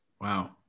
Wow